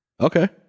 okay